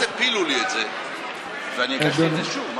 אבל אז הפילו לי את זה ואני הגשתי את זה שוב.